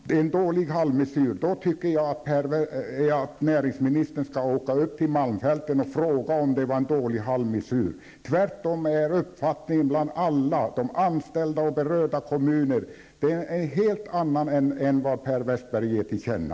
Fru talman! En dålig halvmesyr, säger näringsministern. Då tycker jag att han skall åka upp till malmfälten och fråga om det var en dålig halvmesyr. Uppfattningen bland de anställda och berörda kommuner är en helt annan än vad Per Westerberg ger till känna.